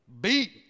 beat